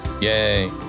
Yay